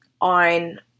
On